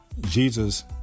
Jesus